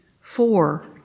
four